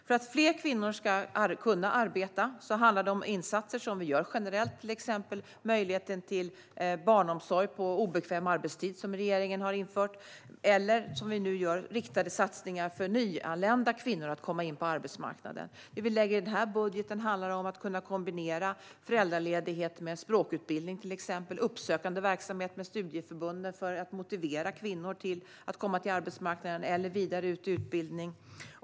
För att fler kvinnor ska kunna arbeta handlar de insatser som vi gör generellt om att exempelvis möjliggöra barnomsorg på obekväm arbetstid, vilket regeringen har infört, eller om riktade satsningar för att nyanlända kvinnor ska komma in på arbetsmarknaden, vilket är något som vi nu gör. Det vi lägger fram i denna budget handlar om att till exempel kunna kombinera föräldraledighet med språkutbildning. Det handlar även om uppsökande verksamhet tillsammans med studieförbunden för att motivera kvinnor till att komma till arbetsmarknaden eller vidare ut i utbildning.